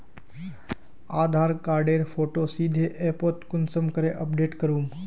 आधार कार्डेर फोटो सीधे ऐपोत कुंसम करे अपलोड करूम?